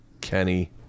Kenny